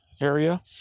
area